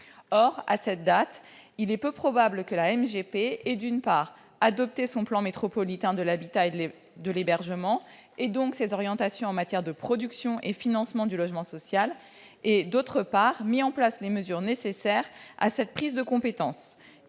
Or, à cette date, il est peu probable que la MGP ait, d'une part, adopté son plan métropolitain de l'habitat et de l'hébergement, ou PMHH, et donc ses orientations en matière de production et de financement du logement social, et, d'autre part, mis en place les mesures nécessaires à cette prise de compétence.